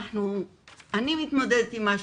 אני מתמודדת עם משהו,